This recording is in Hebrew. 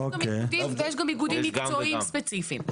ויש גם איגודים מקצועיים ספציפיים.